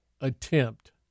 attempt